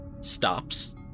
stops